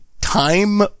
time